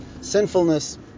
sinfulness